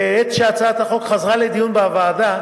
בעת שהצעת החוק חזרה לדיון בוועדה,